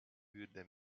würde